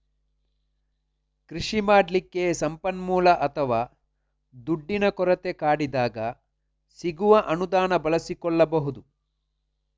ಕೃಷಿ ಮಾಡ್ಲಿಕ್ಕೆ ಸಂಪನ್ಮೂಲ ಅಥವಾ ದುಡ್ಡಿನ ಕೊರತೆ ಕಾಡಿದಾಗ ಸಿಗುವ ಅನುದಾನ ಬಳಸಿಕೊಳ್ಬಹುದು